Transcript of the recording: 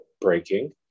breaking